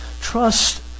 Trust